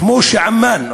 כמו שעמאן,